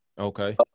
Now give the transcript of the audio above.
okay